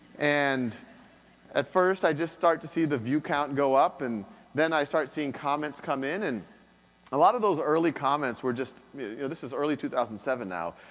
and at first, i just started to see the view count go up, and then i started seeing comments come in, and a lot of those early comments were just, you know this is early two thousand and seven now,